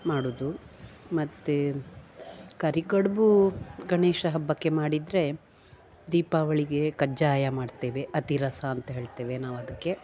ಮಾಡದು ಮತ್ತು ಕರಿಕಡ್ಬೂ ಗಣೇಶ ಹಬ್ಬಕ್ಕೆ ಮಾಡಿದರೆ ದೀಪಾವಳಿಗೆ ಕಜ್ಜಾಯ ಮಾಡ್ತೇವೆ ಅತಿರಸಾ ಅಂತ್ಹೇಳ್ತೇವೆ ನಾವು ಅದಕ್ಕೆ